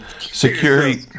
security